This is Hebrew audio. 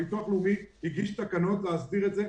הביטוח הלאומי הגיש תקנות להסדיר את זה,